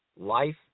life